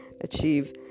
achieve